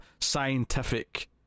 scientific